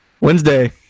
wednesday